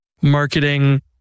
marketing